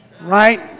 right